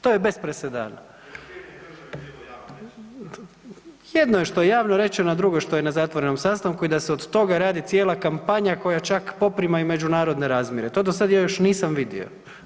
To je bez presedana. ... [[Upadica se ne čuje.]] jedno je što je javno rečeno, a drugo je što je na zatvorenom sastanku i da se od toga radi cijela kampanja koja čak poprima i međunarodne razmjere, to do sad još nisam vidio.